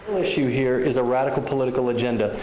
issue here is a radical political agenda,